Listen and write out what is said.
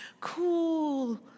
Cool